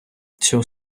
цього